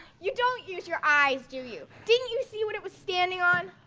you don't use your eyes, do you? didn't you see what it was standing on?